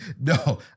No